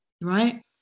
right